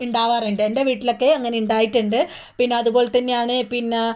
ഉണ്ടാവാറുണ്ട് എൻ്റെ വീട്ടിലൊക്കെ അങ്ങനെയുണ്ടായിട്ടുണ്ട് പിന്നെ അതുപോലെ തന്നെയാണ് പിന്നെ ഈ